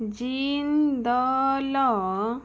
Jindal